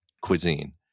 cuisine